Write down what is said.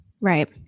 Right